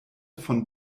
von